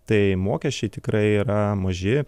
tai mokesčiai tikrai yra maži